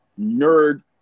nerd